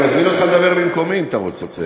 אני מזמין אותך לדבר במקומי אם אתה רוצה,